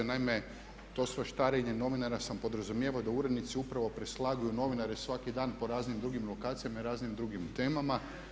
Naime, to svaštarenje novinara sam podrazumijevao da urednici upravo preslaguju novinare svaki dan po raznim drugim lokacijama i raznim drugim temama.